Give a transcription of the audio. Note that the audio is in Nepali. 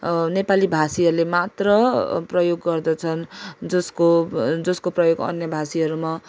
नेपाली भाषीहरूले मात्र प्रयोग गर्दछन् जसको जसको प्रयोग अन्य भाषीहरूमा